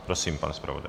Prosím, pane zpravodaji.